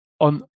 on